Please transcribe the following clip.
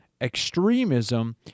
extremism